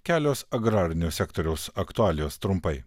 kelios agrarinio sektoriaus aktualijos trumpai